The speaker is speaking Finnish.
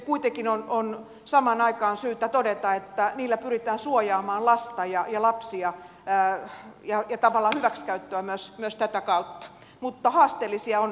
kuitenkin on samaan aikaan syytä todeta että niillä pyritään suojaamaan lasta ja lapsia ja tavallaan hyväksikäyttöä myös tätä kautta mutta haasteellisia on